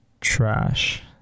trash